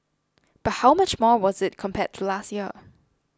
but how much more was it compared to last year